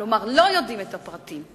כלומר, לא יודעים את הפרטים.